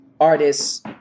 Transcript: artists